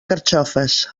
carxofes